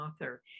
author